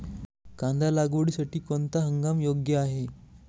कांदा लागवडीसाठी कोणता हंगाम योग्य आहे?